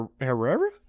Herrera